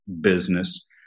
business